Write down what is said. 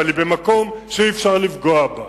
אבל היא במקום שאי-אפשר לפגוע בה?